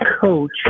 coach